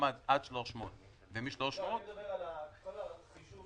גם עד 300,000. אני מדבר על כל החישוב